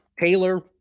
Taylor